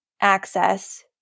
access